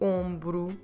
ombro